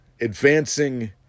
advancing